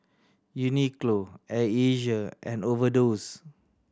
Uniqlo Air Asia and Overdose